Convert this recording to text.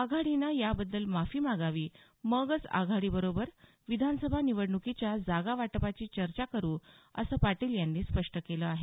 आघाडीने याबद्दल माफी मागावी मगच आघाडीबरोबर विधानसभा निवडणुकीच्या जागावाटपाची चर्चा करू असं पाटील यांनी स्पष्ट केलं आहे